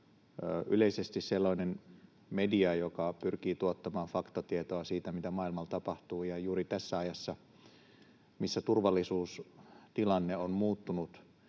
yleisesti sellainen media, joka pyrkii tuottamaan faktatietoa siitä, mitä maailmalla tapahtuu, ja juuri tässä ajassa, missä turvallisuustilanne on muuttunut